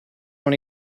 non